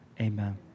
amen